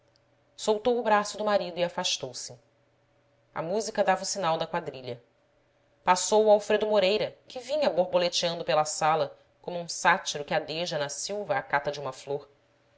soltou o braço do marido e afastou-se a música dava o sinal da quadrilha passou o alfredo mo reira que vinha borboleteando pela sala como um sátiro que adeja na silva à cata de uma flor